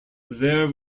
there